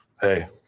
hey